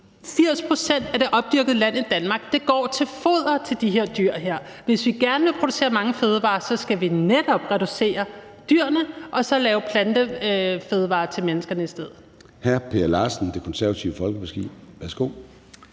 80 pct. af det opdyrkede land i Danmark går til foder til de her dyr. Hvis vi gerne vil producere mange fødevarer, skal vi netop reducere antallet af dyr og så producere plantebaserede fødevarer til menneskene i stedet.